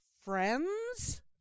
friends